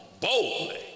boldly